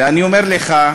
ואני אומר לך,